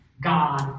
God